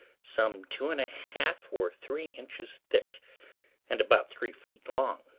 some two and a half or three inches thick and about three feet long.